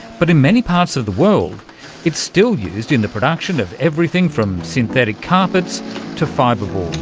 but in many parts of the world it's still used in the production of everything from synthetic carpets to fibreboard.